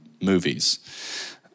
movies